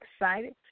excited